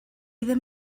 ddim